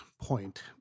point